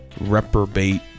reprobate